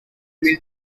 mill